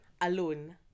alone